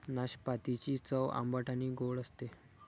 नाशपातीची चव आंबट आणि गोड असते